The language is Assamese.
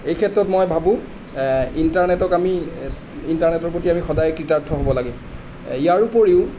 এই ক্ষেত্ৰত মই ভাবোঁ ইণ্টাৰনেটক আমি ইণ্টাৰনেটৰ প্ৰতি আমি সদায় কৃতাৰ্থ হ'ব লাগে ইয়াৰ উপৰিও